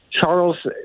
Charles